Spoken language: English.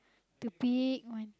the big one